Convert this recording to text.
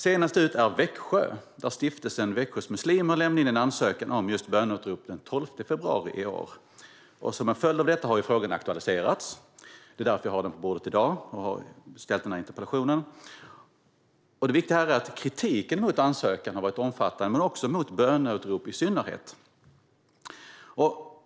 Senast ut är Växjö där Stiftelsen Växjö Muslimer lämnade in en ansökan om just böneutrop den 12 februari i år. Som en följd av detta har frågan aktualiserats. Det är därför jag har den på bordet i dag och har ställt interpellationen. Kritiken har varit omfattande mot ansökan men också mot böneutrop i synnerhet.